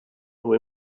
who